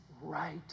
right